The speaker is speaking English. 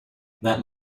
that